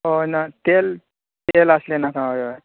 हय ना तेल तेल आसले नाका हय हय